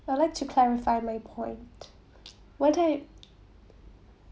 I would like to clarify my point what I